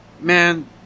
Man